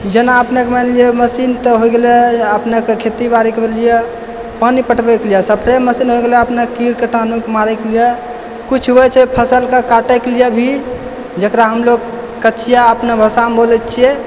जेना अपनेके मानि लिअ मशीन तऽ होइ गेलै अपनेके खेती बारीके लिए पानि पटबैके लिए सफाइ मशीन होइ गेलै अपनेके कीट कीटाणुके मारैके लिए कुछ होइ छै फसलके काटैके लिए भी जकरा हमलोग कचिया अपने भाषामे बोलै छियै